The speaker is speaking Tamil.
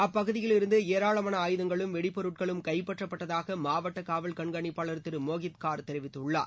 அப்பகுதியிலிருந்து ஏராளமான ஆயுதங்களும் வெடி பொருட்களும் கைப்பற்றப்பட்டதாக மாவட்ட காவல் கண்காணிப்பாளர் திரு மோஹித் கார் தெரிவித்தார்